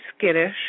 skittish